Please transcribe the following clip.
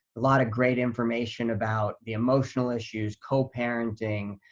a lot of great information about the emotional issues, co-parenting,